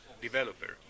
developer